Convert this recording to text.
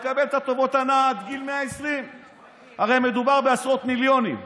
יקבל את טובות ההנאה עד גיל 120. הרי מדובר בעשרות מיליונים.